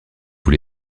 vous